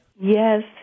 Yes